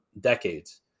decades